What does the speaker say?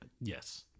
Yes